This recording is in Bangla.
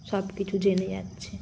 সব কিছু জেনে যাচ্ছে